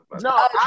No